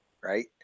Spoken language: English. right